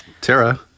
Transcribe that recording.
Tara